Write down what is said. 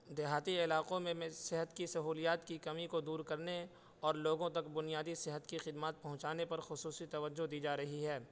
دیہاتی علاقوں میں صحت کی سہولیات کی کمی کو دور کرنے اور لوگوں تک بنیادی صحت کی خدمات پہنچانے پر خصوصی توجہ دی جا رہی ہے